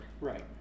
right